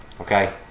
Okay